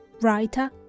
writer